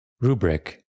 rubric